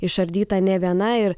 išardyta nė viena ir